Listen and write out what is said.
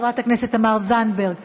חברת הכנסת תמר זנדברג,